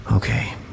Okay